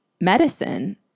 medicine